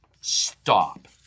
stop